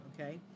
okay